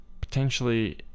potentially